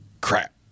crap